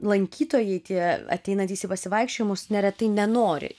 lankytojai tie ateinantys į pasivaikščiojimus neretai nenori